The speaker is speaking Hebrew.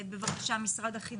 בבקשה, משרד החינוך.